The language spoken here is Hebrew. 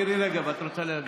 מירי רגב, את רוצה להגיב.